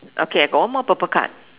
okay I got one more purple card